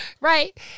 Right